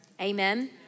Amen